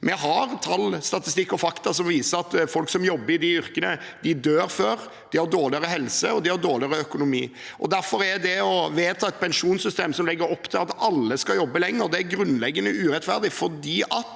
Vi har tall, statistikk og fakta som viser at folk som jobber i disse yrkene, dør tidligere, de har dårligere helse, og de har dårligere økonomi. Derfor er det å vedta et pensjonssystem som legger opp til at alle skal jobbe lenger, grunnleggende urettferdig